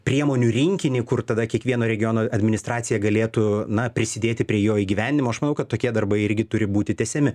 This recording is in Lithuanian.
priemonių rinkinį kur tada kiekvieno regiono administracija galėtų na prisidėti prie jo įgyvendinimo aš manau kad tokie darbai irgi turi būti tęsiami